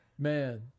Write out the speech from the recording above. Man